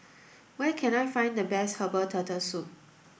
where can I find the best herbal turtle soup